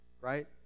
right